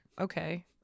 Okay